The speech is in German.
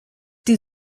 die